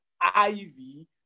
Ivy